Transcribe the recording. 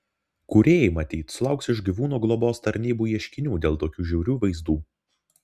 kūrėjai matyt sulauks iš gyvūnų globos tarnybų ieškinių dėl tokių žiaurių vaizdų